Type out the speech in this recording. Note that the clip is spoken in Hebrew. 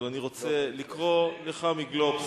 אבל אני רוצה לקרוא לך מ"גלובס":